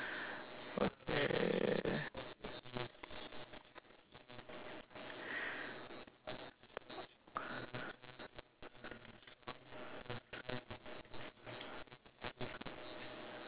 uh